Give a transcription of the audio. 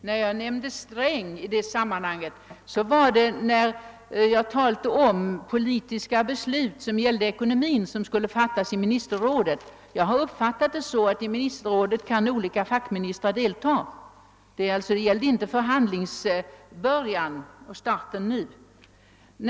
Herr talman! Jag nämnde herr Strängs namn när jag talade om de politiska beslut beträffande ekonomin som skall fattas av ministerrådet. Jag har uppfattat det så, att olika fackministrar kan delta i ministerrådet. Det gällde alltså inte förhandlingsstarten.